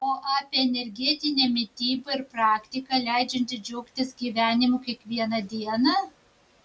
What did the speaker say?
o apie energetinę mitybą ir praktiką leidžiančią džiaugtis gyvenimu kiekvieną dieną